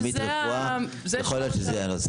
עמית רפואה, יכול להיות שזה יהיה השם.